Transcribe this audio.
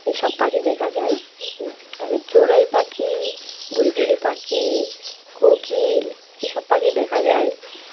এই সব পাখি দেখা যায় তারপর চড়ুই পাখি বুলবুলি পাখি কোকিল এই সব পাখি দেখা যায়